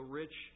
rich